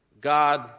God